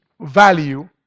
value